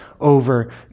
Over